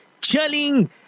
chilling